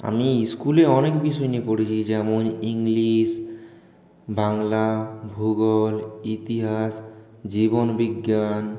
আমি স্কুলে অনেক বিষয় নিয়ে পড়েছি যেমন ইংলিশ বাংলা ভূগোল ইতিহাস জীবনবিজ্ঞান